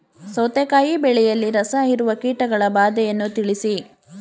ಸೌತೆಕಾಯಿ ಬೆಳೆಯಲ್ಲಿ ರಸಹೀರುವ ಕೀಟಗಳ ಬಾಧೆಯನ್ನು ತಿಳಿಸಿ?